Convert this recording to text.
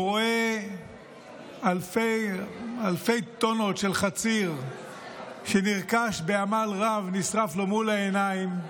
הוא רואה אלפי טונות של חציר שנרכש בעמל רב נשרפים לו מול העיניים.